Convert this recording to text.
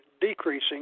decreasing